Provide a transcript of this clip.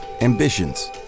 Ambitions